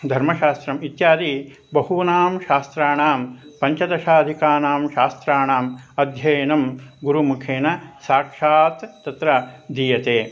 धर्मशास्त्रम् इत्यादि बहूनां शास्त्राणां पञ्चदशाधिकानां शास्त्राणाम् अध्ययनं गुरुमुखेन साक्षात् तत्र दीयते